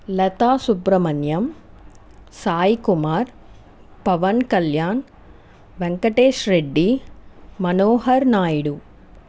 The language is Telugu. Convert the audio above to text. లతా సుబ్రహ్మణ్యం సాయి కుమార్ పవన్ కళ్యాణ్ వెంకటేష్ రెడ్డి మనోహర్ నాయుడు